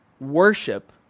worship